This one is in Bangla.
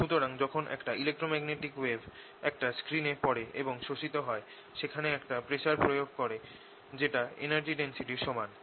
সুতরাং যখন একটা ইলেক্ট্রোম্যাগনেটিক ওয়েভ একটা স্ক্রীনে পড়ে এবং শোষিত হয় সেখানে একটা প্রেসার প্রয়োগ করে যেটা এনার্জি ডেন্সিটির সমান